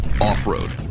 Off-road